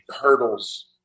hurdles